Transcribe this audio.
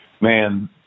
man